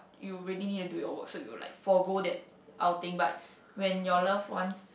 you really need to do your work so you like forgo that outing but when your loved ones